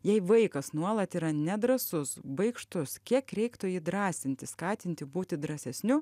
jei vaikas nuolat yra nedrąsus baikštus kiek reiktų jį drąsinti skatinti būti drąsesniu